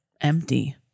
empty